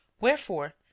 Wherefore